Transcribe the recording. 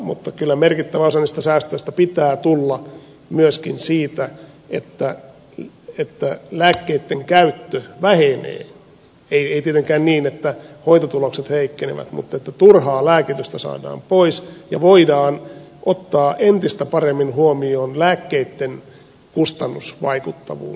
mutta kyllä merkittävä osa niistä säästöistä pitää tulla myöskin siitä että lääkkeitten käyttö vähenee ei tietenkään niin että hoitotulokset heikkenevät mutta niin että turhaa lääkitystä saadaan pois ja voidaan ottaa entistä paremmin huomioon lääkkeitten kustannusvaikuttavuus